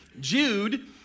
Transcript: Jude